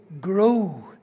grow